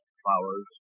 flowers